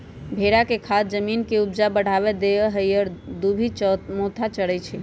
भेड़ा के खाद जमीन के ऊपजा बढ़ा देहइ आ इ दुभि मोथा चरै छइ